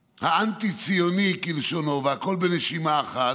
האנטי-ציוני, כלשונו, והכול בנשימה אחת,